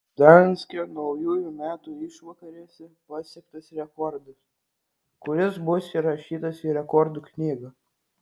gdanske naujųjų metų išvakarėse pasiektas rekordas kuris bus įrašytas į rekordų knygą